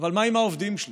אבל מה עם העובדים שלי,